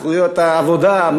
זכויות העבודה,